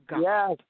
Yes